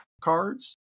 cards